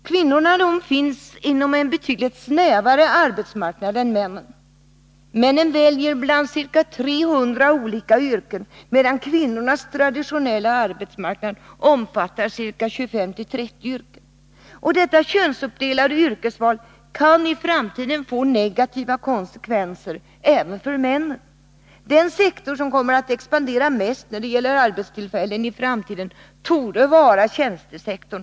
Kvinnorna återfinns inom en betydligt snävare arbetsmarknad än männen. Männen väljer bland ca 300 olika yrken, medan kvinnornas traditionella arbetsmarknad omfattar 25-30 yrken. Detta könsuppdelade yrkesval kan i framtiden få negativa konsekvenser även för männen. Den sektor som i framtiden kommer att expandera mest när det gäller arbetstillfällen torde vara tjänstesektorn.